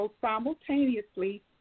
simultaneously